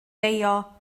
deio